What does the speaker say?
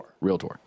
Realtor